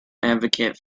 advocate